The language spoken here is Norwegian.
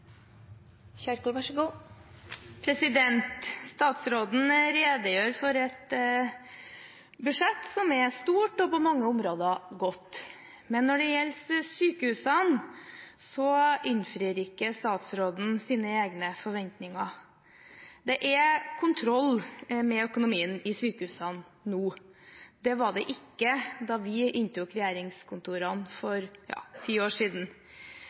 flere pasienter, så færre venter unødvendig lenge på nødvendig behandling. Alt dette er med på nettopp å skape pasientens helsetjeneste, og det er vi godt i gang med. Det blir replikkordskifte. Statsråden redegjør for et budsjett som er stort og på mange områder godt. Men når det gjelder sykehusene, innfrir ikke statsråden sine egne forventninger. Det er kontroll med økonomien i